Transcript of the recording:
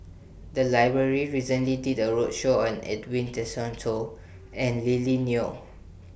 The Library recently did A roadshow on Edwin Tessensohn and Lily Neo